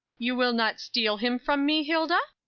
you will not steal him from me, hilda?